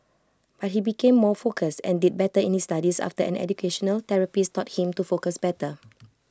but he became more focused and did better in his studies after an educational therapist taught him to focus better